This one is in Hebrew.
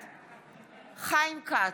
בעד חיים כץ,